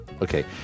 Okay